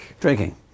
Drinking